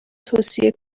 توصیه